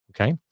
Okay